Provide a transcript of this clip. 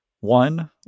one